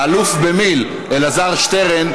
האלוף במיל אלעזר שטרן,